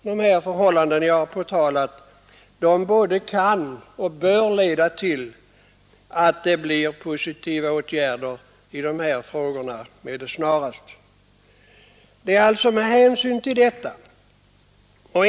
De förhållanden jag talat om kan och bör leda till att det med det snaraste kommer att vidtas positiva åtgärder.